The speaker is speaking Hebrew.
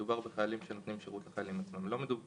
שמדובר בחיילים שנותנים שירות לחיילים המקצועיים.